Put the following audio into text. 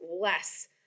less